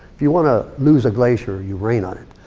if you wanna lose a glacier, you rain on it.